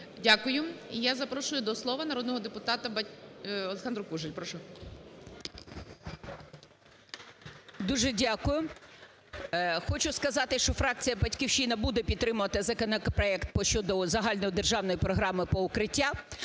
Дякую. І я запрошую до слова народного депутата Олександру Кужель. Прошу. 16:39:44 КУЖЕЛЬ О.В. Дуже дякую. Хочу сказати, що фракція "Батьківщина" буде підтримувати законопроект щодо Загальнодержавної програми… "Укриття".